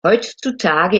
heutzutage